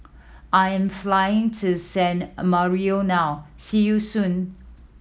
I am flying to San Marino now see you soon